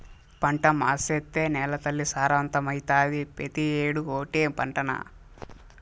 పంట మార్సేత్తే నేలతల్లి సారవంతమైతాది, పెతీ ఏడూ ఓటే పంటనా